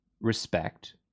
respect